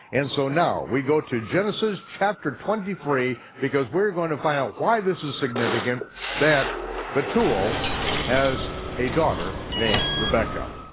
and so now we go to genesis chapter twenty three because we're going to find out why this is significant that bethuel has a daughter named rebekah.